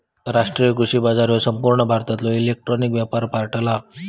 राष्ट्रीय कृषी बाजार ह्यो संपूर्ण भारतातलो इलेक्ट्रॉनिक व्यापार पोर्टल आसा